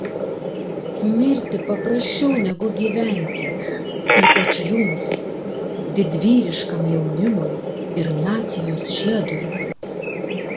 mirti paprasčiau negu gyventi ypač jums didvyriškam jaunimui ir nacijos žiedui